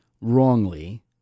wrongly